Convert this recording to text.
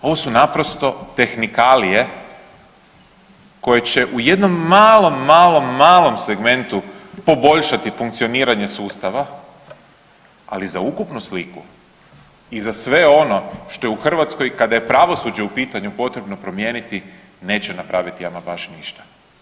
Ovo su naprosto tehnikalije koje će u jednom malom, malom, malom segmentu poboljšati funkcioniranje sustava, ali za ukupnu sliku i za sve ono što je u Hrvatskoj kada je pravosuđe u pitanju promijeniti neće napraviti ama baš ništa.